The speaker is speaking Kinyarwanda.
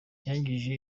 yangije